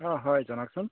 অঁ হয় জনাওকচোন